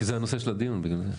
לא, כי זה הנושא של הדיון, בגלל זה.